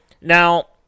Now